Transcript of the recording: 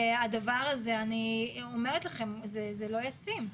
הדבר הזה, אני אומרת לכם שהוא לא ישים.